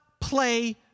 play